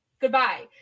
Goodbye